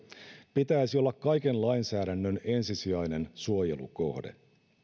pitäisi olla kaiken lainsäädännön ensisijainen suojelukohde